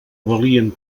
valien